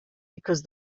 because